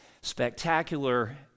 Spectacular